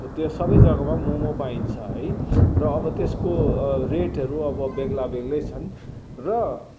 त्यो सबै जगामा मम पाइन्छ है र अब त्यसको रेटहरू अब बेग्ला बेग्लै छन् र